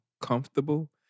comfortable